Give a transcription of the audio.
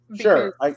Sure